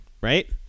right